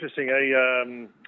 interesting